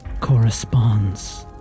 corresponds